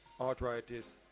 arthritis